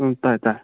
ꯎꯝ ꯇꯥꯔꯦ ꯇꯥꯔꯦ